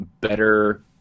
better